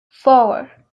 four